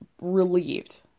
relieved